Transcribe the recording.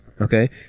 Okay